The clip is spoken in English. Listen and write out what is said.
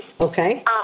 Okay